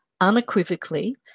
unequivocally